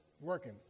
working